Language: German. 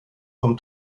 vom